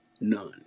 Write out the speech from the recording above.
None